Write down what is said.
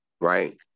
Right